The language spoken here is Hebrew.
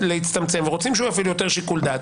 להצטמצם ורוצים שהוא יפעיל יותר שיקול דעת.